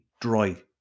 dry